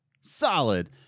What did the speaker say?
solid